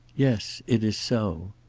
yes it is so.